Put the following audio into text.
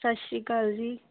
ਸਤਿ ਸ਼੍ਰੀ ਅਕਾਲ ਜੀ